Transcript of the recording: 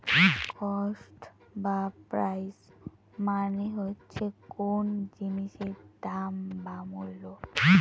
cost বা price মানে হচ্ছে কোন জিনিসের দাম বা মূল্য